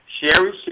Sherry